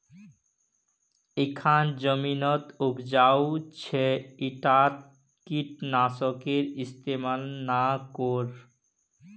इखन जमीन उपजाऊ छ ईटात कीट नाशकेर इस्तमाल ना कर